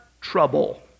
trouble